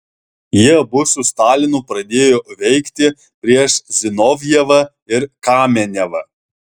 jie abu su stalinu pradėjo veikti prieš zinovjevą ir kamenevą